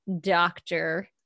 doctor